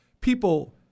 People